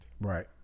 Right